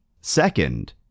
Second